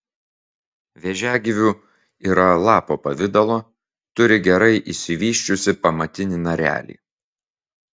vėžiagyvių yra lapo pavidalo turi gerai išsivysčiusį pamatinį narelį